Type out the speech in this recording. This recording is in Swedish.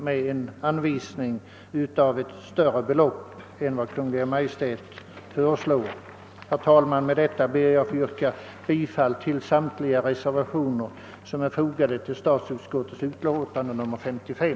Med detta ber jag att få yrka bifall till samtliga de reservationer som fogats vid statsutskottets utlåtande nr 55.